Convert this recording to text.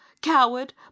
coward